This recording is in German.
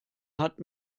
hat